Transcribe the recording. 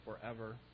forever